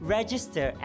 Register